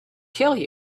kill